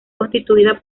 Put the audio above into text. constituida